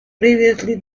previously